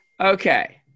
Okay